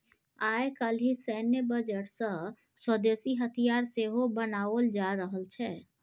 आय काल्हि सैन्य बजट सँ स्वदेशी हथियार सेहो बनाओल जा रहल छै